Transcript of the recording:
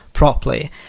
Properly